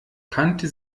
kannte